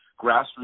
grassroots